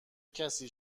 کسی